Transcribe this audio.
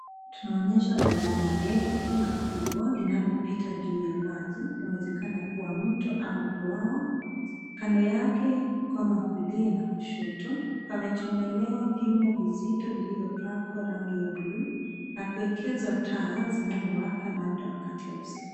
Tunaonyeshwa daraja ndefu na kubwa linalopita juu ya maji, inawezekana kuwa mto au bwawa. Kand wake mkono wa kulia na kushoto pamechomelewa vyuma vizito vilivyopakwa rangi ya buluu na kuwekezwa taa zinazowaka labda wakati wa usiku.